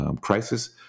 crisis